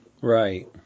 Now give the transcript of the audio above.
Right